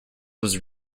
was